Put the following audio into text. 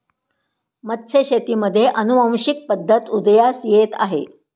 मत्स्यशेतीमध्ये अनुवांशिक पद्धत उदयास येत आहे